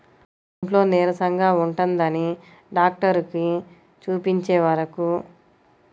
ఒంట్లో నీరసంగా ఉంటందని డాక్టరుకి చూపించుకుంటే, వారానికి రెండు మార్లు మేక మాంసం తింటే మంచిదని చెప్పారు